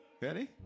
Ready